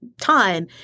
time